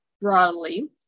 broadly